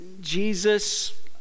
Jesus